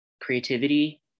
creativity